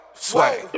Sway